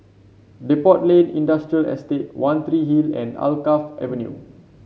Depot Lane Industrial Estate One Three Hill and Alkaff Avenue